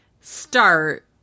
start